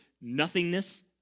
nothingness